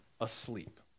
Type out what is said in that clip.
asleep